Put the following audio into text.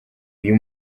uyu